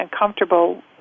uncomfortable